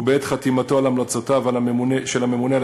ובעת חתימתו על המלצותיו של הממונה על